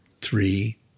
three